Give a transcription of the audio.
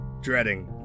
dreading